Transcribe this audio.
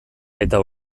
eta